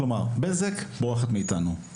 בזק בורחת מאיתנו,